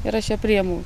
ir aš čia priimu